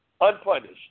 unpunished